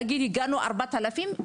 נגיד הגענו 4,020,